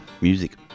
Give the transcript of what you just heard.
Music